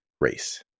race